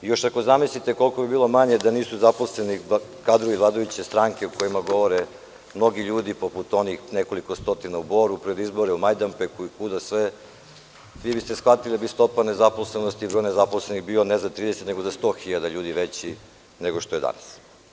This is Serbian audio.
Još ako zamislite koliko bi bilo manje da nisu zaposleni kadrovi vladajuće stranke, o kojima govore mnogi ljudi poput onih nekoliko stotina u Boru pred izbore, u Majdanpeku i kuda sve, shvatili biste da bi stopa nezaposlenosti bila ne za 30 nego za 100.000 veća nego što je danas.